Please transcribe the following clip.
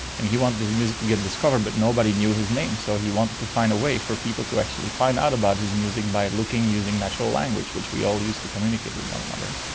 and he wanted his music to get discovered but nobody nobody knew his name. so he wanted to find a way for people to actually find out about his music by looking using natural language which we all use to communicate with one another.